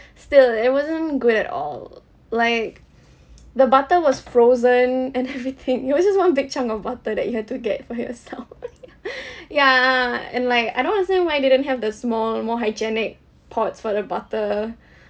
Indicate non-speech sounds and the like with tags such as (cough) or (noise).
(breath) still it wasn't good at all like the butter was frozen (laughs) and everything it was just one big chunk of butter that you had to get for yourself (laughs) ya and like I don't understand why they didn't have the small more hygienic pods for the butter (breath)